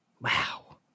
Wow